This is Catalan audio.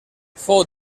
fou